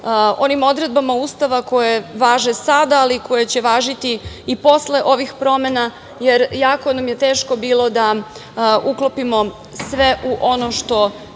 onim odredbama Ustava koje važe sada, ali koje će važiti i posle ovih promena, jer jako nam je teško bilo da uklopimo sve ono što